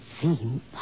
seem